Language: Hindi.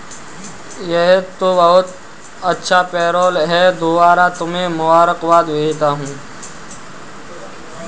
यह तो बहुत अच्छा पेरोल है दोबारा तुम्हें मुबारकबाद भेजता हूं